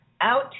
Out